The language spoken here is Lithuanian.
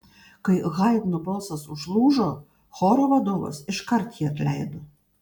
kai haidno balsas užlūžo choro vadovas iškart jį atleido